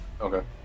Okay